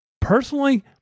Personally